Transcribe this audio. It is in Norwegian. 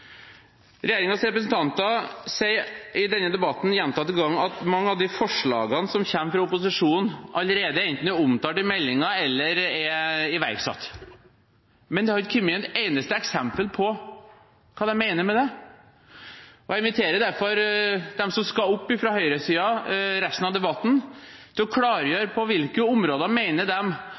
representanter sier i denne debatten gjentatte ganger at mange av forslagene som kommer fra opposisjonen, allerede enten er omtalt i meldingen eller er iverksatt. Men det har ikke kommet et eneste eksempel på hva de mener med det. Jeg inviterer derfor dem fra høyresiden som skal ta ordet videre i debatten, til å klargjøre på hvilke områder